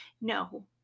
No